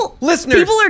Listeners